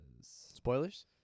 Spoilers